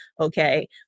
Okay